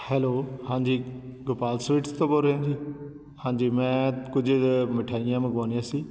hello ਹਾਂਜੀ Gopal sweets ਤੋਂ ਬੋਲ ਰਹੇ ਹੋ ਜੀ ਹਾਂਜੀ ਮੈਂ ਕੁਝ ਮਿਠਾਈਆਂ ਮੰਗਵਾਉਣੀਆਂ ਸੀ